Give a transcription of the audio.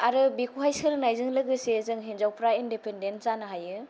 आरो बेखौहाय सोलोंनायजों लोगोसे जों हिनजावफ्रा इन्डिपेनडेन्ट जानो हायो